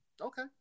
Okay